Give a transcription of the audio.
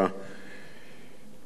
היה כאן שר האוצר,